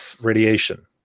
radiation